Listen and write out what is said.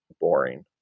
boring